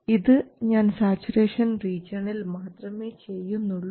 ഇത് ഞാൻ സാച്ചുറേഷൻ റീജിയണിൽ മാത്രമേ ചെയ്യുന്നുള്ളൂ